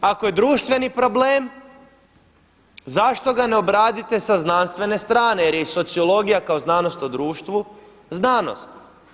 Ako je društveni problem, zašto ga ne obradite sa znanstvene strane jer je i sociologija kao znanost o društvu znanost?